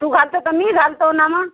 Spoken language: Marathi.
तू घालतो तर मीही घालतो ना मग